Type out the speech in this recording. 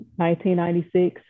1996